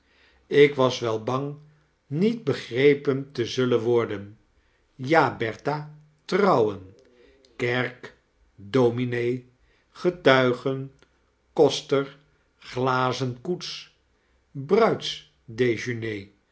ik was wel bang niet begrepen te zullen worden ja bertha trouwen kerk dominee getuigen koster glazen koets bruidsdejeuner